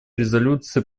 резолюции